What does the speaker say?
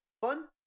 fun